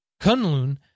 Kunlun